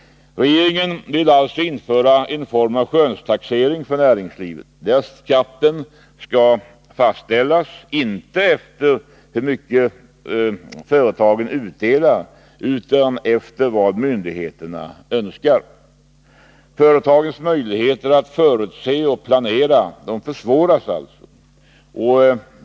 Regeringen vill alltså införa en form av skönstaxering för näringslivet, där skatten skall fastställas inte efter hur mycket företagen utdelar, utan efter vad myndigheterna önskar. Företagens möjligheter att förutse och planera försvåras alltså.